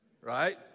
Right